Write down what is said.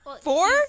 Four